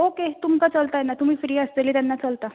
okay तुमकां चलता येन्ना तुमी फ्री आसतली तेन्ना चलता